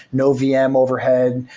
no vm overhead,